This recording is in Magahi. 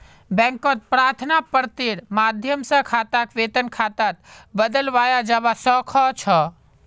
बैंकत प्रार्थना पत्रेर माध्यम स खाताक वेतन खातात बदलवाया जबा स ख छ